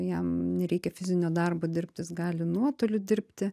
jam nereikia fizinio darbo dirbt jis gali nuotoliu dirbti